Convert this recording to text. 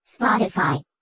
Spotify